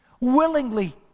willingly